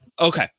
Okay